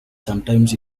sometimes